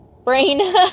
brain